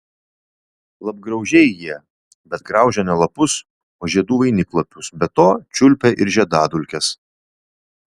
lapgraužiai jie bet graužia ne lapus o žiedų vainiklapius be to čiulpia ir žiedadulkes